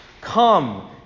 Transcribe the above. come